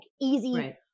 easy